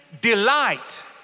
delight